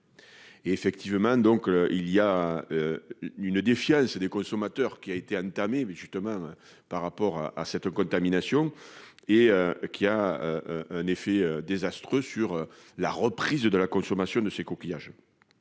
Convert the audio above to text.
Et effectivement donc il y a. Une défiance des consommateurs qui a été entamée mais justement par rapport à à cette contamination et qui a. Un effet désastreux sur la reprise de la consommation de ces coquillages.